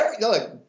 look